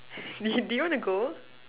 do do you wanna go